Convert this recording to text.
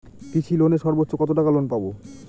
কৃষি লোনে সর্বোচ্চ কত টাকা লোন পাবো?